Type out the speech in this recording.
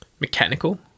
mechanical